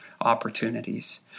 opportunities